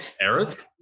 Eric